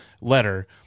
letter